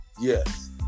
Yes